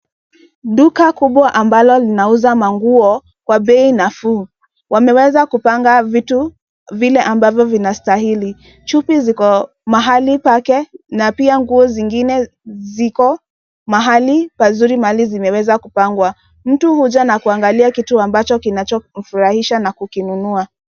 Duka kubwa ambalo linauza manguo kwa bei nafuu. Wameweza kupanga vitu, vile ambavyo vinastahili. Chupi ziko mahali pake , na pia nguo zingine ziko mahali pazuri mahali zimeweza kupangwa. Mtu huja na kuangalia kitu ambacho kinachomfurahisha na kukinunua.